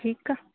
ठीकु आहे